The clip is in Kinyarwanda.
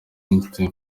einstein